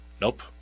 Nope